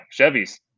Chevys